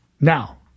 Now